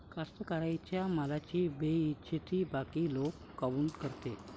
कास्तकाराइच्या मालाची बेइज्जती बाकी लोक काऊन करते?